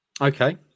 Okay